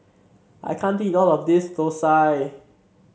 I can't eat all of this thosai